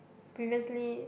previously